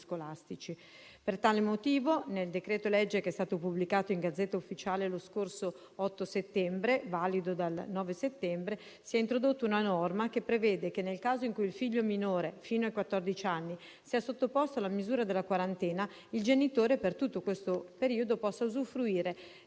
scolastici. Per tale motivo, nel decreto-legge che è stato pubblicato in *Gazzetta Ufficiale* lo scorso 8 settembre, valido dal 9 settembre, si è introdotta una norma che prevede che, nel caso in cui il figlio minore fino a quattordici anni sia sottoposto alla misura della quarantena, il genitore per tutto questo periodo possa usufruire